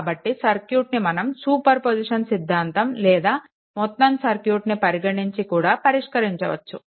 కాబట్టి సర్క్యూట్ని మనం సూపర్ పొజిషన్ సిద్ధాంతం లేదా మొత్తం సర్క్యూట్ని పరిగణించి కూడా పరిష్కరించవచ్చు